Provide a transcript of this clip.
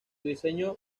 diseño